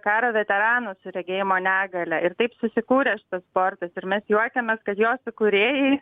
karo veteranų su regėjimo negalia ir taip susikūrė šitas sportas ir mes juokiamės kad jos įkūrėjai